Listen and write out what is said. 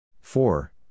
four